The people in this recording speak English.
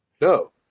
No